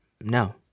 no